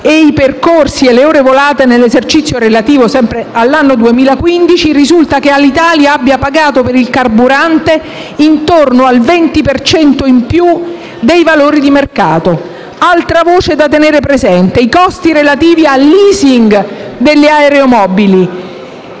i percorsi e le ore volate nell'esercizio relativo all'anno 2015, risulta che Alitalia abbia pagato per il carburante intorno al 20 per cento in più rispetto ai valori di mercato. Altra voce da tenere presente è quella dei costi relativi al *leasing* degli aeromobili.